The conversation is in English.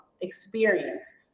experience